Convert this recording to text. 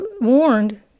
warned